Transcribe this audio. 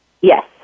Yes